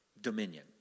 dominion